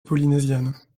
polynésienne